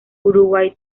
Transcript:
uruguay